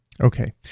Okay